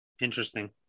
Interesting